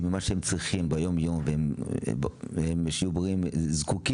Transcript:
ממה שהם צריכים ביום-יום והם זקוקים,